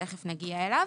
שתיכף נגיע אליו,